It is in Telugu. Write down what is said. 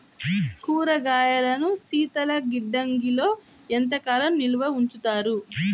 కూరగాయలను శీతలగిడ్డంగిలో ఎంత కాలం నిల్వ ఉంచుతారు?